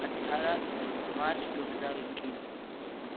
اٹھارہ مارچ دو ہزار اکیس